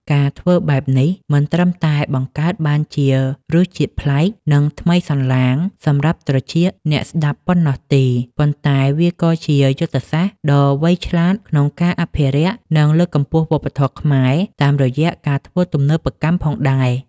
ការធ្វើបែបនេះមិនត្រឹមតែបង្កើតបាននូវរសជាតិប្លែក និងថ្មីសន្លាងសម្រាប់ត្រចៀកអ្នកស្តាប់ប៉ុណ្ណោះទេ ប៉ុន្តែវាក៏ជាយុទ្ធសាស្ត្រដ៏វៃឆ្លាតក្នុងការអភិរក្ស និងលើកកម្ពស់វប្បធម៌ខ្មែរតាមរយៈការធ្វើទំនើបកម្មផងដែរ។